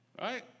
right